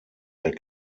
der